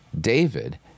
David